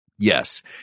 Yes